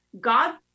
God